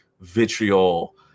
Vitriol